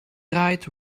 draait